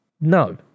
No